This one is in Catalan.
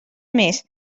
més